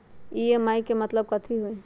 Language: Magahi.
ई.एम.आई के मतलब कथी होई?